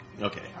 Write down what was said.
Okay